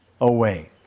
away